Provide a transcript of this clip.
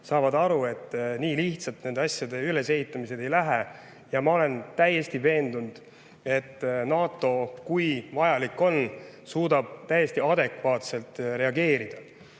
saavad aru, et nii lihtsalt nende asjade ülesehitamine ei käi. Ma olen täiesti veendunud, et kui vajalik on, siis NATO suudab täiesti adekvaatselt reageerida. See,